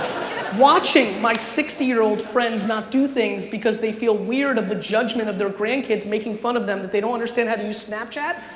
watching my sixty year old friends not do things because they feel weird of the judgment of their grandkids making fun of them that they don't understand how to use snapchat,